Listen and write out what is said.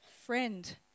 friend